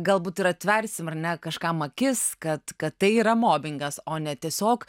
galbūt ir atversim ar ne kažkam akis kad kad tai yra mobingas o ne tiesiog